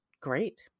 great